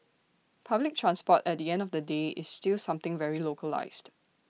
public transport at the end of the day is still something very localised